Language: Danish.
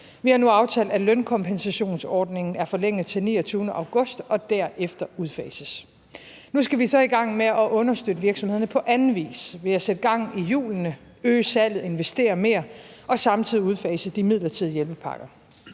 Vi har nu aftalt, at lønkompensationsordningen er forlænget til den 29. august og derefter udfases. Nu skal vi så i gang med at understøtte virksomhederne på anden vis ved at sætte gang i hjulene, øge salget, investere mere og samtidig udfase de midlertidige hjælpepakker.